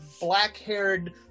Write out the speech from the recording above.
black-haired